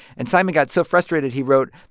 and simon got so frustrated, he wrote,